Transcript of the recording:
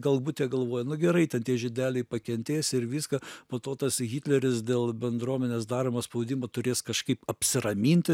galbūt jie galvoja nu gerai ten tie žydeliai pakentės ir viską po to tas hitleris dėl bendruomenės daromo spaudimo turės kažkaip apsiraminti